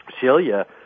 Celia